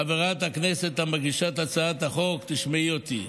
חברת הכנסת מגישת הצעת החוק, תשמעי אותי.